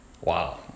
Wow